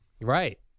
Right